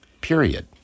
period